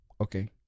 Okay